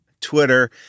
Twitter